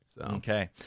Okay